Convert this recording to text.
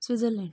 Switzerland